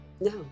No